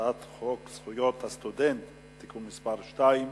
הצעת חוק זכויות הסטודנט (תיקון מס' 2),